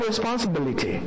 responsibility